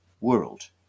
world